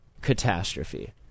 catastrophe